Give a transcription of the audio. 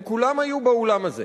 הם כולם היו באולם הזה